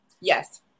Yes